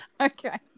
Okay